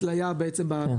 זו התלייה בסוציו-אקונומי,